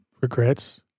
regrets